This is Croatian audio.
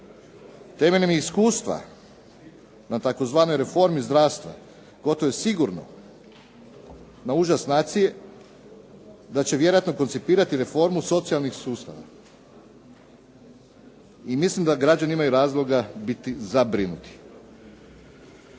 Temeljem iskustva na tzv. reformi zdravstva, gotovo je sigurno na užas nacije da će vjerojatno koncipirati formu socijalnih sustava. I mislim da građani imaju razloga biti zabrinuti.